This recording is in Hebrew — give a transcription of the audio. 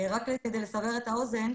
רק כדי לסבר את האוזן,